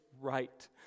right